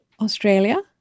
Australia